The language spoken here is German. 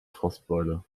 frostbeule